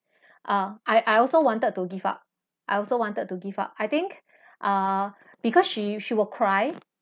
ah I I also wanted to give up I also wanted to give up I think ah because she she will cry